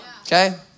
okay